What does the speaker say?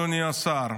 אדוני השר.